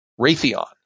Raytheon